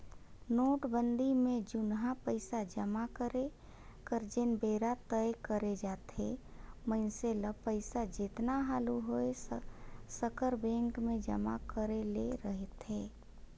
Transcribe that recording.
नोटबंदी में जुनहा पइसा जमा करे कर जेन बेरा तय करे जाथे मइनसे ल पइसा जेतना हालु होए सकर बेंक में जमा करे ले रहथे